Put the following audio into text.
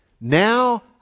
now